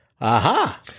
Aha